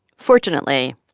fortunately,